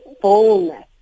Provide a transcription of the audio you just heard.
fullness